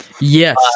Yes